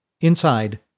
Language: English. Inside